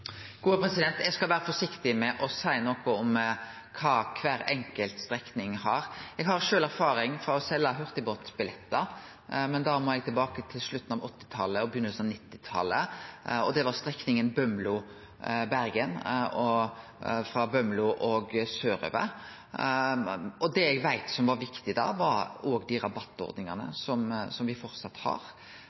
Eg skal vere forsiktig med å seie noko om kva kvar enkelt strekning har. Eg har sjølv erfaring frå å selje hurtigbåtbillettar, men da må eg tilbake til slutten av 1980-talet og byrjinga av 1990-talet, og det var strekninga Bømlo–Bergen, og frå Bømlo og sørover. Det eg veit var viktig da, var rabattordningane, som vi framleis har. Men det eg opplever at kystbefolkninga har gjort, er at dei har